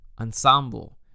ensemble